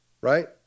right